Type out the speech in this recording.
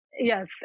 Yes